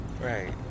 Right